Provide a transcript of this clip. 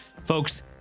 folks